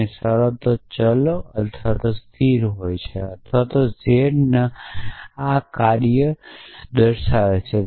અને શરતો ચલો સ્થિર હોય છે અથવા z ના પગનું કાર્ય કાર્ય કરે છે